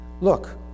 Look